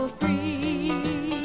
free